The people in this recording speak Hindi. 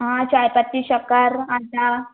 हाँ चायपत्ती शक्कर आटा